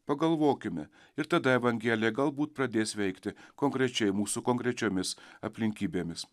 pagalvokime ir tada evangelija galbūt pradės veikti konkrečiai mūsų konkrečiomis aplinkybėmis